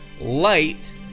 light